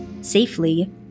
safely